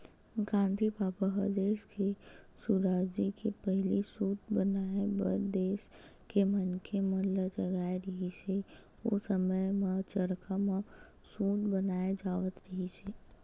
गांधी बबा ह देस के सुराजी के पहिली सूत बनाए बर देस के मनखे मन ल जगाए रिहिस हे, ओ समे म चरखा म सूत बनाए जावत रिहिस हे